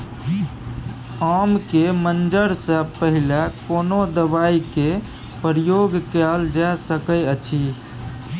आम के मंजर से पहिले कोनो दवाई के प्रयोग कैल जा सकय अछि?